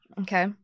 Okay